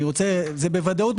זה בוודאות.